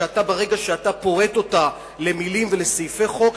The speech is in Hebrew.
שברגע שאתה פורט אותה למלים ולסעיפי חוק,